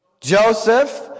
Joseph